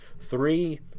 three